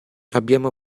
abbiamo